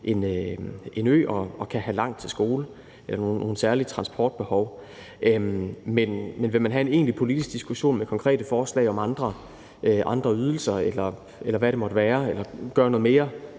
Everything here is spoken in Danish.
en ø og kan have langt til skole – når man har nogle særlige transportbehov. Men vil man have en egentlig politisk diskussion med konkrete forslag om andre ydelser eller om at gøre noget mere